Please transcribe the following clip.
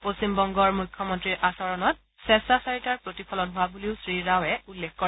পশ্চিমবংগৰ মুখ্যমন্ত্ৰীৰ আচৰণত স্বেচ্চাচাৰিতাৰ প্ৰতিফলন হোৱা বুলিও শ্ৰীৰাওৱে উল্লেখ কৰে